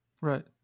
Right